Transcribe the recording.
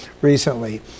recently